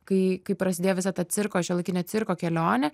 kai kai prasidėjo visa ta cirko šiuolaikinio cirko kelionė